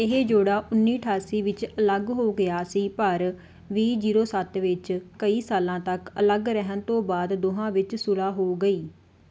ਇਹ ਜੋੜਾ ਉੱਨੀ ਅਠਾਸੀ ਵਿੱਚ ਅਲੱਗ ਹੋ ਗਿਆ ਸੀ ਪਰ ਵੀਹ ਜ਼ੀਰੋ ਸੱਤ ਵਿੱਚ ਕਈ ਸਾਲਾਂ ਤੱਕ ਅਲੱਗ ਰਹਿਣ ਤੋਂ ਬਾਅਦ ਦੋਹਾਂ ਵਿੱਚ ਸੁਲ੍ਹਾ ਹੋ ਗਈ